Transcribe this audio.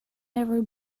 never